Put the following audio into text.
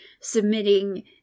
submitting